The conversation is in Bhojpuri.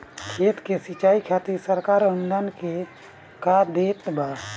खेत के सिचाई खातिर सरकार अनुदान में का देत बा?